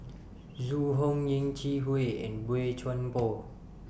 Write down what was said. Zhu Hong Yeh Chi Wei and Boey Chuan Poh